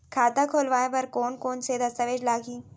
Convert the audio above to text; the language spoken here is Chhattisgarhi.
खाता खोलवाय बर कोन कोन से दस्तावेज लागही?